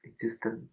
existence